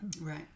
Right